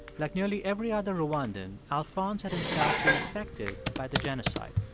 like nearly every other rwandan, alphonse had himself been affected by the genocide.